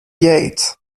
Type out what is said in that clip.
gate